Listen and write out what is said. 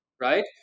right